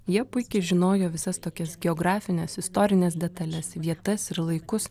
jie puikiai žinojo visas tokias geografines istorines detales vietas ir laikus